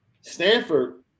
Stanford